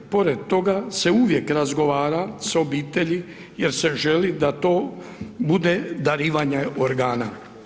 Pored toga se uvijek razgovara sa obitelji, jer se želi da to bude darivanje organa.